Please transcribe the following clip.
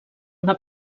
una